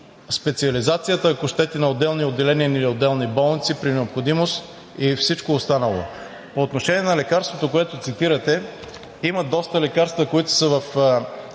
специализацията, ако щете, на отделни отделения или на отделни болници при необходимост и всичко останало. По отношение на лекарството, което цитирате, има доста лекарства, които са в